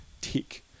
tick